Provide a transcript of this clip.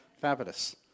Fabulous